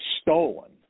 stolen